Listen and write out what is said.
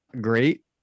great